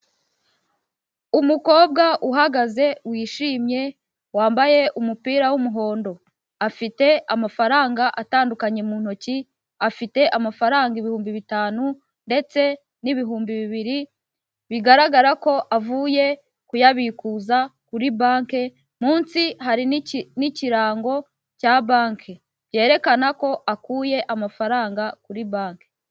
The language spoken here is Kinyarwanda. Umukobwa uhagaze wishimye, wambaye umupira w'umuhondo, afite amafaranga atandukanye mu ntoki, afite amafaranga ibihumbi bitanu ndetse n'ibihumbi bibiri bigaragara ko avuye kuyabikuza kuri banki, munsi hari n'iki n'ikirango cya banki byerekana ko akuye amafaranga kuri banki.